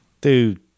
Dude